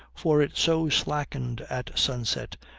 for it so slackened at sunset,